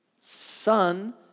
son